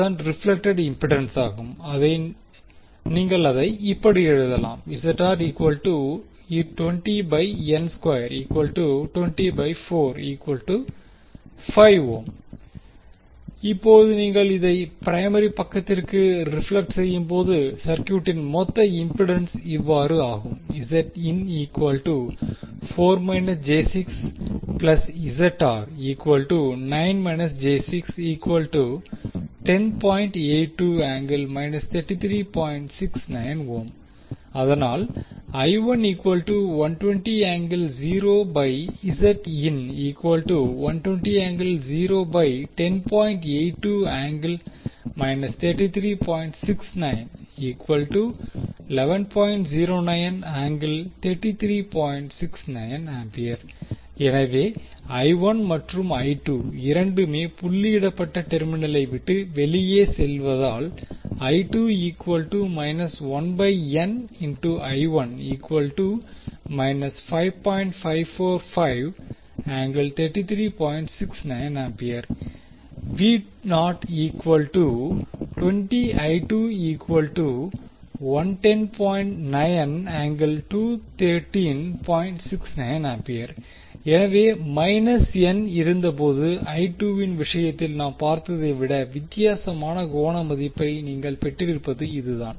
தான் ரிப்லெக்டெட் இம்பிடன்சாகும் நீங்கள் அதை இப்படி எழுதலாம் இப்போது நீங்கள் இதை பிரைமரி பக்கத்திற்கு ரிப்லெக்ட் செய்யும்போது சர்க்யூட்டின் மொத்த இம்பிடன்ஸ் இவ்வாறு ஆகும் அதனால் எனவே மற்றும் இரண்டுமே புள்ளியிடப்பட்ட டெர்மினலை விட்டு வெளியே செல்வதால் எனவே மைனஸ் n இருந்தபோது இன் விஷயத்தில் நாம் பார்த்ததை விட வித்தியாசமான கோண மதிப்பை நீங்கள் பெற்றிருப்பது இதுதான்